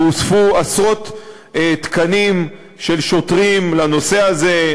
והוספו עשרות תקנים של שוטרים לנושא הזה,